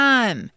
Time